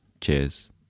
Cheers